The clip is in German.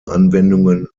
anwendungen